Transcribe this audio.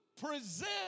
present